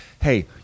hey